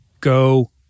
Go